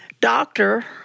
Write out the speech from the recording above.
doctor